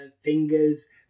fingers